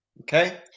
Okay